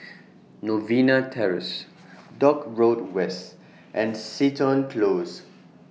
Novena Terrace Dock Road West and Seton Close